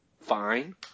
fine